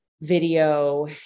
video